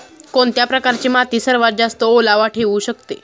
कोणत्या प्रकारची माती सर्वात जास्त ओलावा ठेवू शकते?